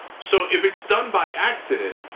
so if it's done by accident,